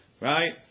right